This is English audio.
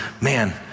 man